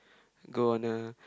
go on a